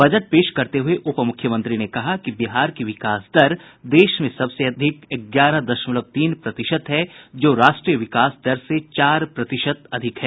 budget पेश करते हुए उप मुख्यमंत्री ने कहा कि बिहार की विकास दर देश में सबसे अधिक ग्यारह दशमलव तीन प्रतिशत है जो राष्ट्रीय विकास दर से चार प्रतिशत से अधिक है